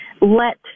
let